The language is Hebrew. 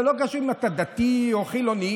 זה לא קשור אם אתה דתי או חילוני,